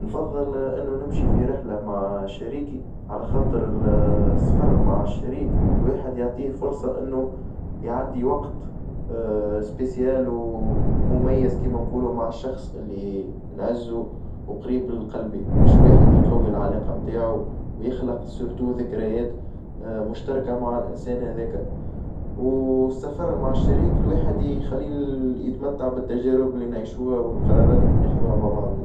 نفظل إنو نمشي في رحلة مع شريكي، على خاطر السفر مع الشريك الواحد يعطيه فرصة انو يعدي وقت السبيسيال ومميز كيما نقولو مع الشخص اللي نعزو وقريب لقلبي باش الواحد يقوي العلاقة نتاعو، ويخلق سيرتو ذكريات مشتركة مع الإنسان هذاكا، والسفر مع الشريك الواحد يخلي يتمتع بالتجارب اللي نعيشوها والقرارات اللي ناخذوها مع بعضنا.